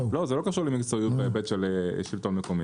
זה לא קשור למקצועיות בהיבט של שלטון מקומי